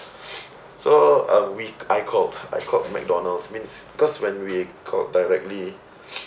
so uh we I called I called McDonald's means cause when we called directly